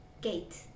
Gate